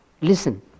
listen